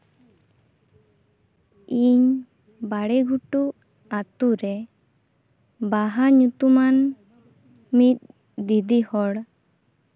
ᱤᱧ ᱵᱟᱲᱮ ᱜᱷᱩᱴᱩ ᱟᱛᱳ ᱨᱮ ᱵᱟᱦᱟ ᱧᱩᱛᱩᱢᱟᱱ ᱢᱤᱫ ᱫᱤᱫᱤ ᱦᱚᱲ